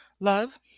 Love